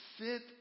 sit